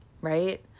right